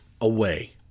away